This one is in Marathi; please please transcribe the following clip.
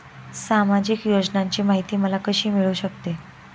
सामाजिक योजनांची माहिती मला कशी मिळू शकते?